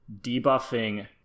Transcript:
debuffing